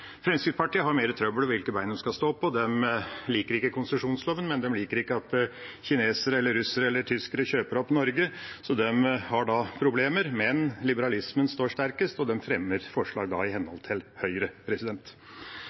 Fremskrittspartiet har mer trøbbel med hvilket ben de skal stå på. De liker ikke konsesjonsloven, men de liker heller ikke at kinesere eller russere eller tyskere kjøper opp Norge, så de har da problemer. Men liberalismen står sterkest, og de fremmer da forslag i henhold til Høyre.